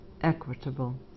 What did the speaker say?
equitable